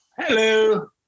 Hello